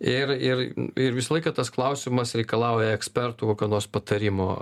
ir ir ir visą laiką tas klausimas reikalauja ekspertų kokio nors patarimo